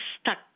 stuck